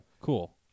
Cool